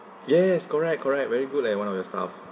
yes correct correct very good at one of your staff